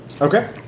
Okay